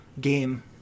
game